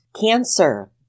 Cancer